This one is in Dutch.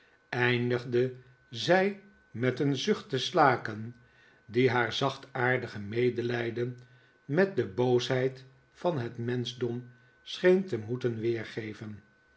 eindigde zij met een zucht te slaken die haar zachtaardige medelijden met de boosheid van het menschdom scheen te moeten weergeven